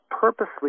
purposely